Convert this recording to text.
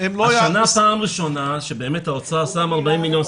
השנה פעם ראשונה שהאוצר שם 40 מיליון,